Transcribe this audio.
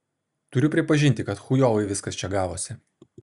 turiu pripažinti kad chujovai viskas čia gavosi